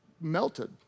melted